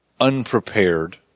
unprepared